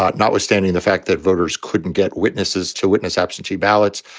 ah notwithstanding the fact that voters couldn't get witnesses to witness absentee ballots,